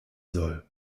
soll